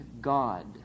God